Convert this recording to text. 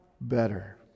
better